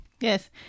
Yes